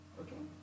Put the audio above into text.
okay